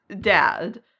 dad